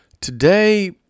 Today